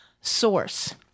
source